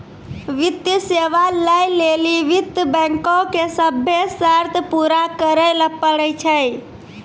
वित्तीय सेवा लै लेली वित्त बैंको के सभ्भे शर्त पूरा करै ल पड़ै छै